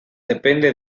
depende